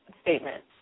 statement